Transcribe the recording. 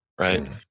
right